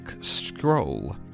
scroll